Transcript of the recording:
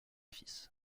fils